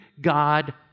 god